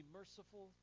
merciful